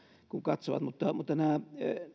kun katsovat nämä